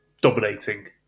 dominating